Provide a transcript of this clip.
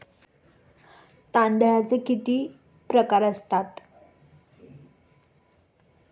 तांदळाचे किती प्रकार असतात?